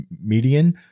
median